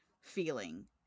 feeling